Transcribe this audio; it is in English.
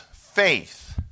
faith